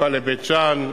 מחיפה לבית-שאן,